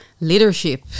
Leadership